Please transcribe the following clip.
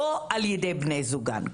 לא על ידי בני זוגן.